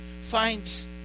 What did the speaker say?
finds